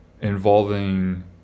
involving